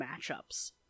matchups